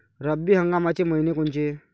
रब्बी हंगामाचे मइने कोनचे?